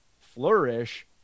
flourish